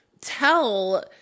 tell